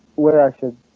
what i should.